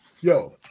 yo